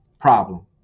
problem